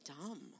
dumb